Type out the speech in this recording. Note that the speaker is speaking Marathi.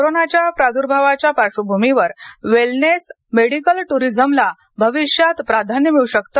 कोरोनाच्या प्राद्भावाच्या पार्श्वभूमीवर वेलनेस मेडिकल ट्रिझमला भविष्यात प्राधान्य मिळू शकते